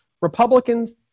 Republicans